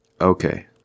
Okay